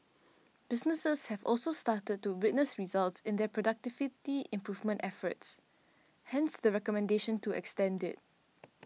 businesses have also started to witness results in their productivity improvement efforts hence the recommendation to extend it